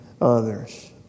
others